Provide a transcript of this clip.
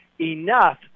enough